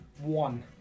One